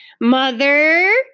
Mother